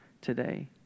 Today